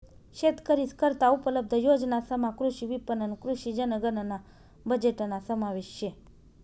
शेतकरीस करता उपलब्ध योजनासमा कृषी विपणन, कृषी जनगणना बजेटना समावेश शे